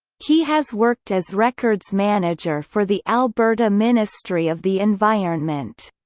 he has worked as records manager for the alberta ministry of the environment.